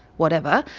whatever.